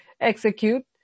execute